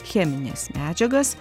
chemines medžiagas